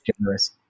generous